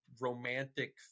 romantic